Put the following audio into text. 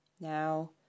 Now